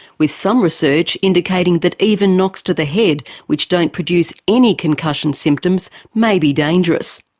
with some research indicating that even knocks to the head which don't produce any concussion symptoms may be dangerous.